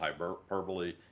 hyperbole